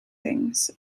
things